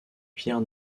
pierre